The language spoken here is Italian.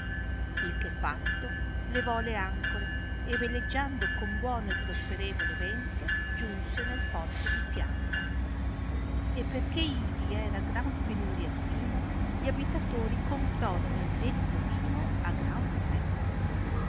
il che fatto levò le ancore e veleggiando con buono e prosperevole vento giunse nel porto di fiandra e perchè ivi era gran penuria di vino gli abitatori comprorono il detto vino a gran prezzo